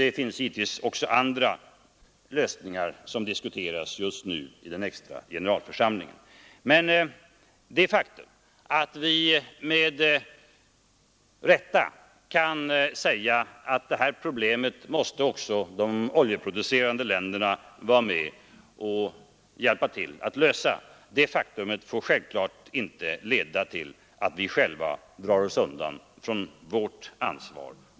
Det finns givetvis också andra lösningar som diskuteras just nu i den extra generalförsamlingen. Men det faktum att vi med detta kan säga att också de oljeproducerande länderna måste vara med och lösa de här problemen får självfallet inte leda till att vi själva drar oss undan vårt ansvar.